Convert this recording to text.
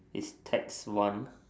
is tax one